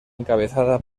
encabezada